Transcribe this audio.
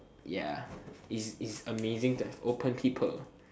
ya it is amazing to have open people